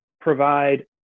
provide